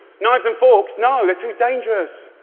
knives and forks? no, they're too dangerous.